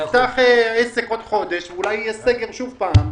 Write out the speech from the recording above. ייפתח עסק עוד חודש ואולי יהיה שוב סגר,